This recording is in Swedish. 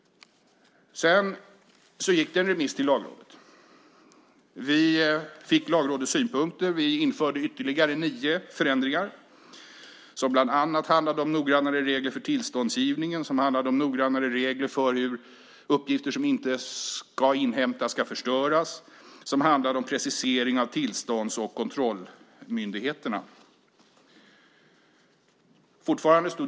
Sedan gick det en remiss till Lagrådet. Vi fick Lagrådets synpunkter och införde ytterligare nio förändringar. De handlade bland annat om noggrannare regler för tillståndsgivningen, noggrannare regler för hur uppgifter som inte ska inhämtas ska förstöras och precisering av tillstånds och kontrollmyndigheterna.